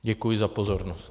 Děkuji za pozornost.